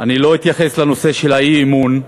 אני לא אתייחס לנושא של האי-אמון,